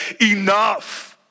enough